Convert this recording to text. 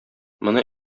моны